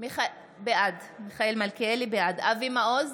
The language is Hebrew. בעד אבי מעוז,